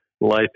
life